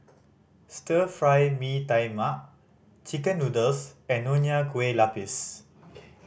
Stir Fry Mee Tai Mak chicken noodles and Nonya Kueh Lapis